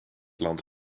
land